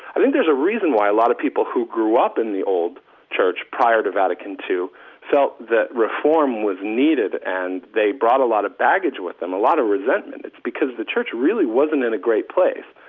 i think there's a reason why a lot of people who grew up in the old church prior to vatican ii felt that reform was needed, and they brought a lot of baggage with them, a lot of resentment. it's because the church really wasn't in a great place.